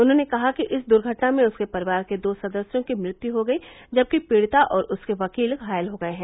उन्होंने कहा कि इस दुर्घटना में उसके परिवार के दो सदस्यों की मृत्यु हो गई जबकि पीडिता और उसके वकील घायल हो गए हैं